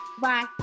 Bye